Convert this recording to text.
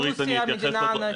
רוסיה מדינה ענקית.